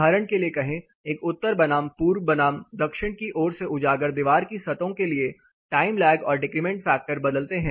उदाहरण के लिए कहें एक उत्तर बनाम पूर्व बनाम दक्षिण की ओर से उजागर दीवार की सतहों के लिए टाइम लैग और डिक्रिमेंट फैक्टर बदलते हैं